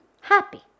happy